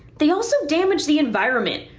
they also damage the environment.